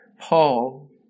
Paul